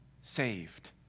saved